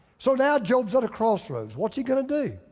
so now job's at a crossroads, what's he gonna do?